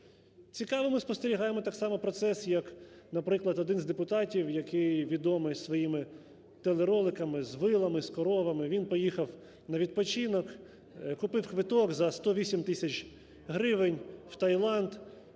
Цікаво ми спостерігаємо так само процес як, наприклад, один з депутатів, який відомий своїми телероликами з вилами, з коровами він поїхав на відпочинок, купив квиток за 108 тисяч гривень, в Таїланд.